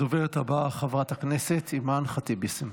הדוברת הבאה, חברת הכנסת אימאן ח'טיב יאסין.